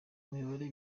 mibare